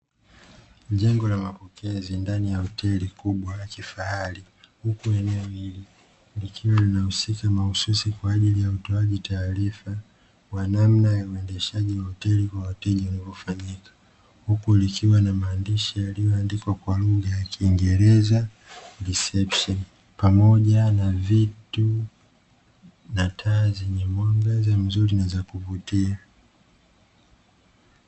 Jengo la mapokezi, ndani ya hoteli kubwa la kifahari, huku eneo hili likiwa linahusika mahususi kwa ajili ya utoaji taarifa wa namna ya uendeshaji wa hoteli kwa wateja unavyofanyika, huku likiwa na maandishi yaliyoandikwa kwa lugha ya kiingereza "reception" pamoja na vitu, na taa zenye mwangaza mzuri na za kuvutia.